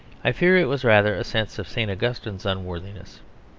i fear it was rather a sense of st. augustine's unworthiness.